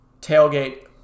tailgate